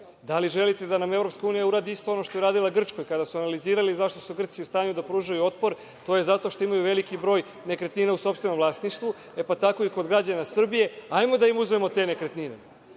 Da li želite da nam EU uradi isto ono što je uradila Grčkoj? Kada su analizirali zašto su Grci u stanju da pružaju otpor, to je zato što imaju veliki broj nekretnina u sopstvenom vlasništvu. E, pa tako i kod građana Srbije, hajde da im uzmemo te nekretnine